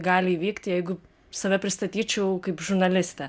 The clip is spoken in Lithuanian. gali įvykti jeigu save pristatyčiau kaip žurnalistę